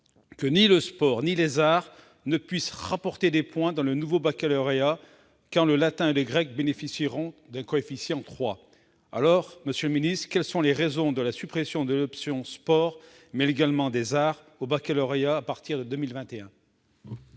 que ni le sport ni les arts ne puissent rapporter des points dans le nouveau baccalauréat, quand le latin et le grec bénéficieront d'un coefficient 3. Monsieur le ministre, quelles sont donc les raisons de la suppression de l'option sports, mais également des arts, au baccalauréat à compter de 2021 ?